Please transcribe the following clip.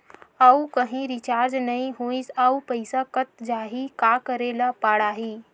आऊ कहीं रिचार्ज नई होइस आऊ पईसा कत जहीं का करेला पढाही?